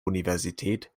universität